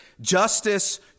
Justice